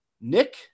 nick